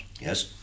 Yes